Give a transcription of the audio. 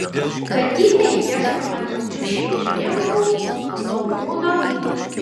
katytei ieškome naujų šeimininkų naujų namų